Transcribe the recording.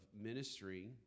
ministry